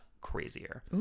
crazier